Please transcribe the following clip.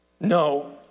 No